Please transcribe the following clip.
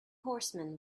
horsemen